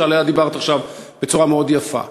שעליה דיברת עכשיו בצורה מאוד יפה.